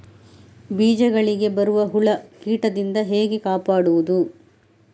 ಬೀಜಗಳಿಗೆ ಬರುವ ಹುಳ, ಕೀಟದಿಂದ ಹೇಗೆ ಕಾಪಾಡುವುದು?